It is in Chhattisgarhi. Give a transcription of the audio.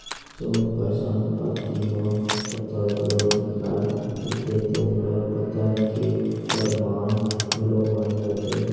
जउन पहचान पाती म पता घलो लिखाए रहिथे तउन ल पता के परमान घलो माने जाथे